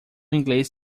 inglês